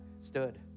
stood